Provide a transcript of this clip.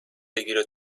بگیره